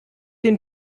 den